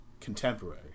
contemporary